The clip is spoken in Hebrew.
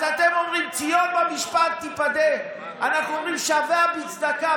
אז אתם אומרים "ציון במשפט תפדה"; אנחנו אומרים "ושביה בצדקה",